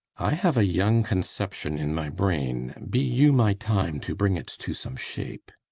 i have a young conception in my brain be you my time to bring it to some shape.